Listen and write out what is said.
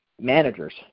managers